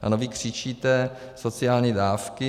A vy křičíte sociální dávky.